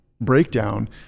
breakdown